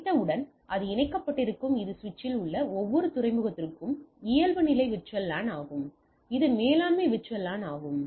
இணைத்தவுடன் அது இணைக்கப்பட்டிருக்கும் இது சுவிட்சில் உள்ள ஒவ்வொரு துறைமுகத்திற்கும் இயல்புநிலை VLAN ஆகும் இது மேலாண்மை VLAN ஆகும்